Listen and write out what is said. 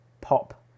pop